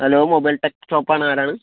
hello mobile tech ഷോപ്പാണ് ആരാണ്